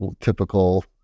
typical